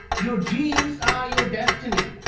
your genes are your destiny.